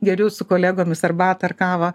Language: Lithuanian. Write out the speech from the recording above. geriu su kolegomis arbatą ar kavą